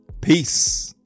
Peace